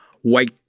white